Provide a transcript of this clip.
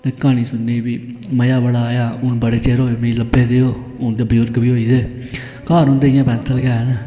क्हानी सुनने गी फिह् मजा बड़ा आया हून बड़ा चिर होआ मिगी लब्भे देओह् हून ते बजुर्ग बी होई दे ओह् घर उंदे इयै पैंथल गै हे ना